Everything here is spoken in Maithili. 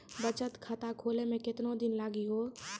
बचत खाता खोले मे केतना दिन लागि हो?